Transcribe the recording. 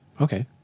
okay